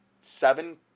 seven